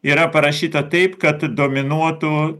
yra parašyta taip kad dominuotų